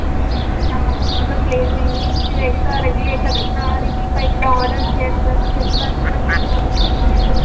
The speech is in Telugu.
మీ ఆర్డర్ ప్లేస్ అయింది మీరు ఎక్ట్రా రెగ్యులేటర్ ఇంకా రీఫిల్ పైప్ ఆర్డర్ చేస్త చేస్తున్నారు కాబట్టి మీ